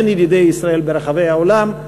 הן של ידידי ישראל ברחבי העולם.